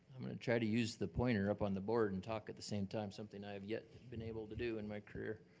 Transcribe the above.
i'm gonna try to use the pointer up on the board and talk at the same time, something i have yet been able to do in my career.